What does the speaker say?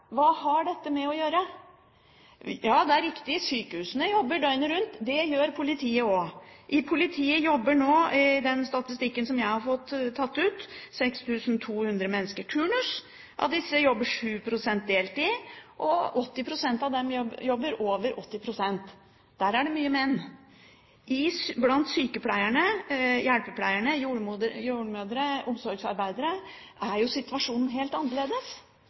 Hva har dette med å gjøre? Ja, det er riktig at på sykehusene jobber man døgnet rundt. Det gjør man i politiet også. I politiet jobber nå – i den statistikken jeg har tatt ut – 6 200 mennesker turnus. Av disse jobber 7 pst. deltid, og 80 pst. av dem jobber over 80 pst. Der er det mange menn. Blant sykepleiere, hjelpepleiere, jordmødre og omsorgsarbeidere er situasjonen helt annerledes.